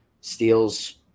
steals